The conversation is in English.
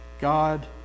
God